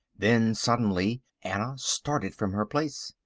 then suddenly anna started from her place.